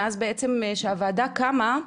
מאז שהוועדה קמה,